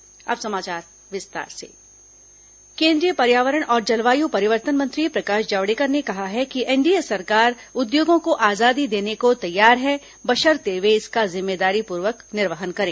जावडेकर उद्योग केन् द्रीय पर्यावरण और जलवायु परिवर्तन मंत्री प्र काश जावडेकर ने कहा है कि एनडीए सरकार उद्योगों को आजादी देने को तैयार है बशर्ते वे इसका जिम्मेदारीपूर्वक निर्वहन करें